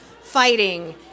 fighting